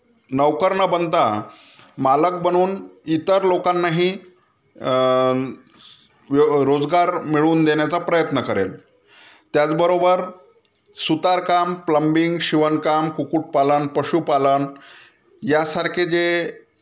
नोकर न बनता मालक बनून इतर लोकांनाही व्य रोजगार मिळवून देण्याचा प्रयत्न करेल त्याचबरोबर सुतारकाम प्लंबिंग शिवणकाम कुक्कुटपालन पशुपालन यासारखे जे